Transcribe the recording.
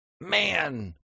man